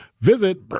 visit